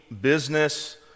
business